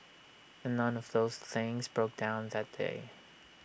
and none of those things broke down that day